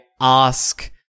ask